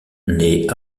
naît